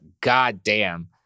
goddamn